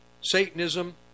Satanism